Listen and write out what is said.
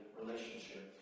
relationship